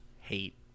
hate